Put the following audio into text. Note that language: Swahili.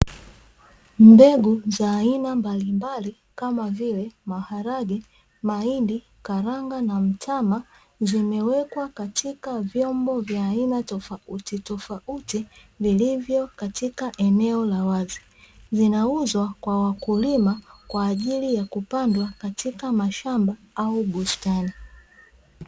Mbegu za aina mbalimbali kama vile maharage, mahindi, karanga na mtama vimewekwa kwatika vyombo vya aina tofauti vilivyo katika eneo la wazi, vinauzwa kwa wakulima kwa ajili ya kupandwa katika mashamba au bustani.